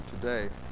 today